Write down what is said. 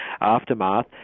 aftermath